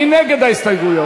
מי נגד ההסתייגויות?